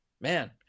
man